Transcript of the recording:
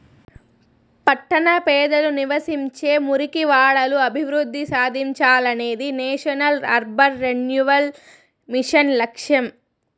పట్టణ పేదలు నివసించే మురికివాడలు అభివృద్ధి సాధించాలనేదే నేషనల్ అర్బన్ రెన్యువల్ మిషన్ లక్ష్యం